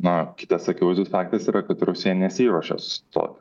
na kitas akivaizdus faktas yra kad rusija nesiruošia sustot